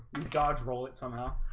god's role it somehow